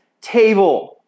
table